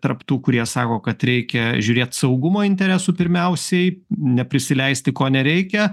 tarp tų kurie sako kad reikia žiūrėt saugumo interesų pirmiausiai neprisileisti ko nereikia